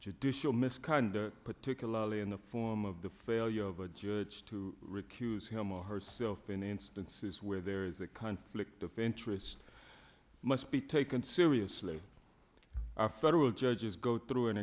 judicial misconduct particularly in the form of the failure of a judge to recuse him or herself in instances where there is a conflict of interest must be taken seriously and our federal judges go through an